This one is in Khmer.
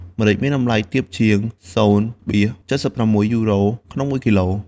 ម្រេចមានតម្លៃទាបជាង ០,៧៦ យូរ៉ូ ក្នុងមួយគីឡូ។